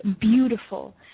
beautiful